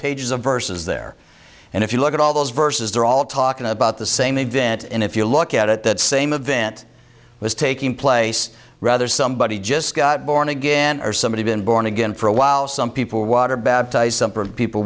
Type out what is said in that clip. pages of verses there and if you look at all those verses they're all talking about the same event and if you look at it that same event was taking place rather somebody just got born again or somebody's been born again for a while some people